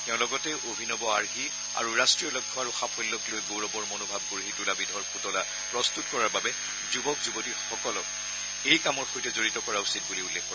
তেওঁ লগতে অভিনৱ আৰ্হি আৰু ৰাষ্ট্ৰীয় লক্ষ্য আৰু সাফল্যক লৈ গৌৰৱৰ মনোভাৱ গঢ়ি তোলা বিধৰ পুতলা প্ৰস্তত কৰাৰ বাবে যুৱক যুৱতীসকল এই কামৰ সৈতে জড়িত কৰা উচিত বুলি উল্লেখ কৰে